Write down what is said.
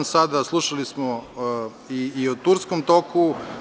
Sada smo slušali i o „Turskom toku“